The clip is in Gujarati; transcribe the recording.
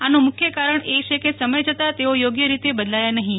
આનું મુખ્ય કારણ એ છે કે સમય જતાં તેઓ યોગ્ય રીતે બદલાયા નફીં